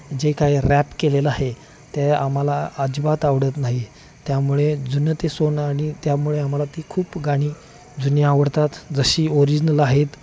जे काय रॅप केलेलं आहे ते आम्हाला अजिबात आवडत नाही त्यामुळे जुनं ते सोनं आणि त्यामुळे आम्हाला ती खूप गाणी जुनी आवडतात जशी ओरिजनल आहेत